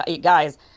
guys